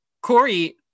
Corey